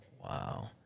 Wow